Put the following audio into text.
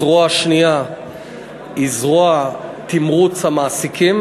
הזרוע השנייה היא זרוע תמרוץ המעסיקים.